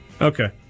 Okay